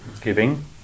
Giving